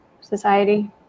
society